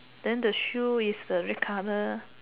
then the shoe is the red colour